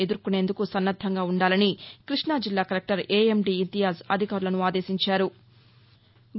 ఎదుర్కొనేందుకు సన్నద్దంగా ఉండాలని కృష్ణాజిల్లా కలెక్టర్ ఎఎండి ఇంతియాజ్ అధికారులను ఆదేశించారు